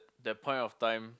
that point of time